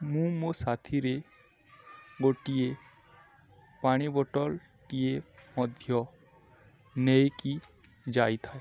ମୁଁ ମୋ ସାଥିରେ ଗୋଟିଏ ପାଣି ବୋଟଲଟିଏ ମଧ୍ୟ ନେଇକି ଯାଇଥାଏ